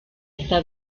está